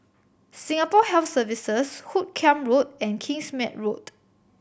Singapore Health Services Hoot Kiam Road and Kingsmead Road